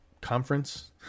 conference